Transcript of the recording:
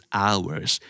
hours